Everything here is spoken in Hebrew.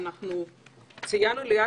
לדון?